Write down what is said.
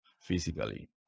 physically